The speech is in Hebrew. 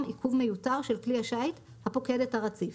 עיכוב מיותר של כלי השיט הפוקד את הרציף.